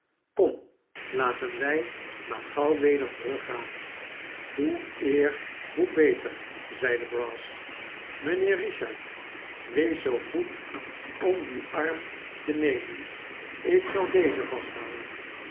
kom laten wij maar gauw weder teruggaan hoe eer hoe beter zeide brass mijnheer richard wees zoo goed om dien arm te nemen ik zal dezen vasthouden